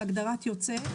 בהגדרה "יוצא",